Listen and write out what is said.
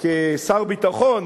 כשר ביטחון,